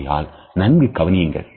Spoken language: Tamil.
ஆகையால் நன்கு கவனியுங்கள்